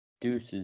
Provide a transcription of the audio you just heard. Deuces